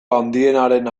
handienaren